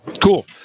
Cool